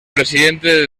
presidente